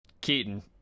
Keaton